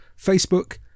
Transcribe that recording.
Facebook